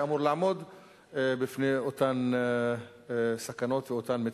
אמור לעמוד בפני אותן סכנות ואותן מצוקות.